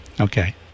Okay